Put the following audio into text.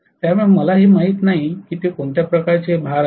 त्यामुळे मला हे माहित नाही की ते कोणत्या प्रकारचे भार आहे